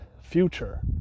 future